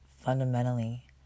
fundamentally